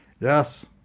Yes